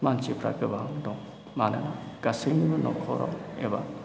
मानसिफ्रा गोबां दं मानोना गासैनिबो न'खराव एबा